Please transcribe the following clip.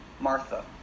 Martha